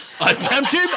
Attempted